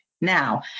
Now